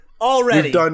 Already